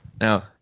Now